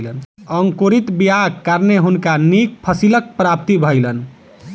अंकुरित बीयाक कारणें हुनका नीक फसीलक प्राप्ति भेलैन